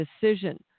decision